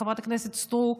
חברת הכנסת סטרוק,